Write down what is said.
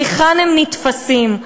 היכן הם נתפסים.